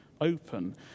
open